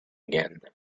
again